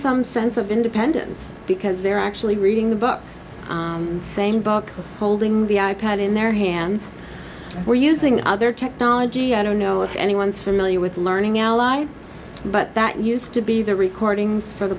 some sense of independence because they're actually reading the book same book holding the i pad in their hands or using other technology i don't know if anyone's familiar with learning ally but that used to be the recordings for the